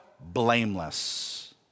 blameless